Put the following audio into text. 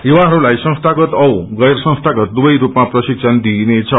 युवाहरूलाई संस्थागत औ गैर संस्थात दुवै रूपामा प्रशिक्षण दिइनेछ